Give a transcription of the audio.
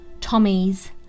Tommy's